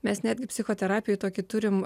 mes netgi psichoterapijoj tokį turim